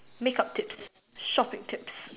make up tips shopping tips